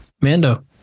Mando